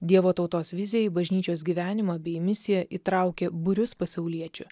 dievo tautos vizija į bažnyčios gyvenimą bei misiją įtraukė būrius pasauliečių